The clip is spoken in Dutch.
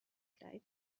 krijt